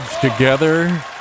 together